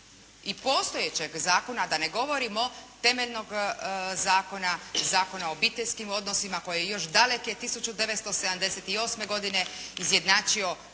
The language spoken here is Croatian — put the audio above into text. i postojećeg zakona a da ne govorimo temeljnog Zakona o obiteljskim odnosima koji je još daleke 1978. godine izjednačio